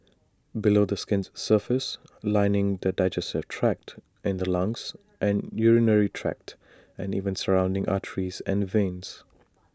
below the skin's surface lining the digestive tract in the lungs and urinary tract and even surrounding arteries and veins